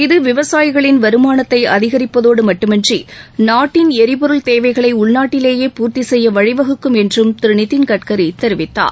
இது விவசாயிகளின் வருமானத்தை அதிகரிப்பதோடு மட்டுமன்றி நாட்டின் எரிபொருள் தேவைகளை உள்நாட்டிலேயே பூர்த்தி செய்ய வழிவகுக்கும் என்றும் திரு நிதின் கட்கரி தெரிவித்தார்